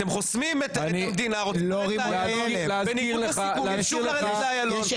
אתם חוסמים את המדינה בניגוד לסיכומים ושוב רוצים לרדת לאיילון.